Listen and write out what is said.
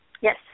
Yes